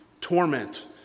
torment